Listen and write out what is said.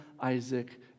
Isaac